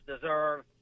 deserve